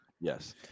Yes